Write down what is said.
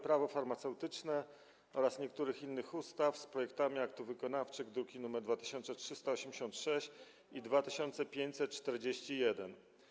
Prawo farmaceutyczne oraz niektórych innych ustaw z projektami aktów wykonawczych, druki nr 2386 i 2541.